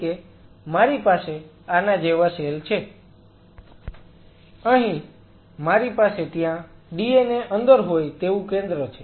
Refer Slide Time 0955 અહીં મારી પાસે ત્યાં DNA અંદર હોય તેવું કેન્દ્ર છે